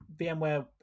VMware